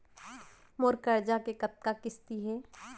मोर करजा के कतका किस्ती हे?